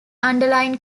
underlying